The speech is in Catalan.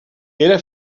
era